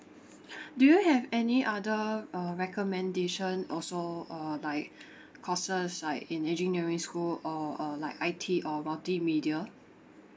do you have any other uh recommendation also uh like courses like in engineering school or uh like I_T or multi media